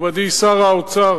מכובדי שר האוצר,